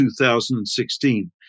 2016